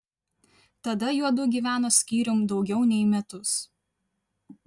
tada juodu gyveno skyrium daugiau nei metus